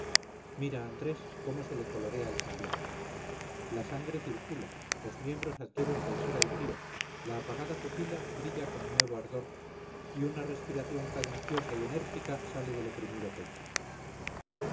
mira andrés cómo se le colorea el semblante la sangre circula los miembros adquieren soltura y brío la apagada pupila brilla con nuevo ardor y una respiración cadenciosa y enérgica sale del oprimido pecho